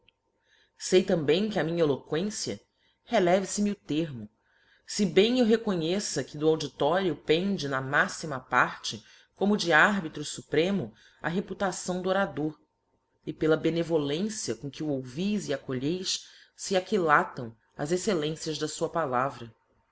sei também que a minha eloquência releve fe me o termo fe bem eu reconheça que do auditório pende na máxima parte como de arbitro fupremo a reputação do orador e pela benevolência com que o ouvis e acolheis fe aquilatam as excellencias da fua palavra